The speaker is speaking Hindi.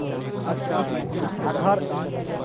अच्छा घर